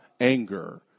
anger